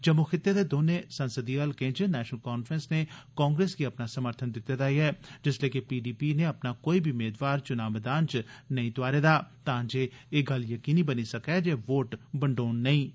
जम्मू खित्ते दे दौनें संसदी हलकें च नेशनल कांफ्रेंस नै कांग्रेस गी अपना समर्थन दित्ते दा ऐ जिल्ले के पीडीपी नै अपना कोई बी मेदवार च्नां मैदान च नेईं तोआरे दा ऐ तांजे एह गल्ल यकीनी बनी सकै जे वोट बंडोई नेई जान